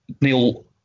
Neil